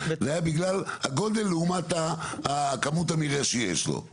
זה היה בגלל הגודל לעומת כמות המרעה שיש לו,